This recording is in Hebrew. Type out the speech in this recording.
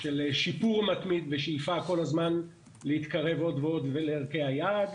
של שיפור מתמיד ושאיפה כל הזמן להתקרב עוד ועוד לערכי היעד.